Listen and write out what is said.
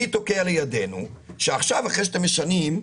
מי תוקע לידינו שעכשיו אחרי שאתם משנים,